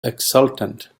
exultant